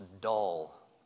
dull